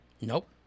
Nope